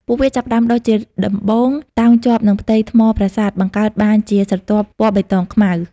ពួកវាចាប់ផ្ដើមដុះជាដំបូងតោងជាប់នឹងផ្ទៃថ្មប្រាសាទ បង្កើតបានជាស្រទាប់ពណ៌បៃតងខ្មៅ។